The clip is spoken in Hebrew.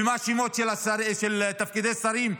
ומה השמות של תפקידי השרים?